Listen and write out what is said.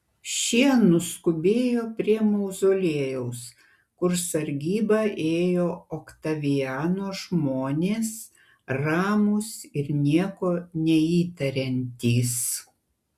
šie nuskubėjo prie mauzoliejaus kur sargybą ėjo oktaviano žmonės ramūs ir nieko neįtariantys